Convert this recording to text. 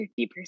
50%